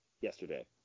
yesterday